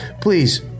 please